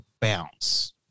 bounce